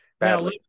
now